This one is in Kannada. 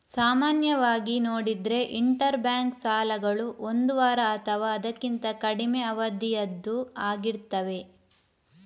ಸಾಮಾನ್ಯವಾಗಿ ನೋಡಿದ್ರೆ ಇಂಟರ್ ಬ್ಯಾಂಕ್ ಸಾಲಗಳು ಒಂದು ವಾರ ಅಥವಾ ಅದಕ್ಕಿಂತ ಕಡಿಮೆ ಅವಧಿಯದ್ದು ಆಗಿರ್ತವೆ